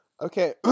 Okay